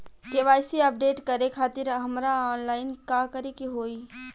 KYC update करे खातिर हमरा ऑनलाइन का करे के होई?